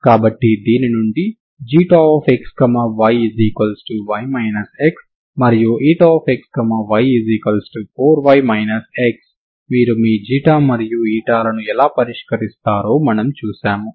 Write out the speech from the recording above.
కాబట్టి దీని నుండి xyy x మరియు xy4y x మీరు మీ ξ మరియు ηలను ఎలా పరిష్కరిస్తారో మనం చూశాము